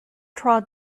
trod